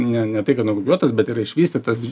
ne ne tai kad nukopijuotas bet yra išvystytas